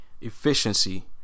efficiency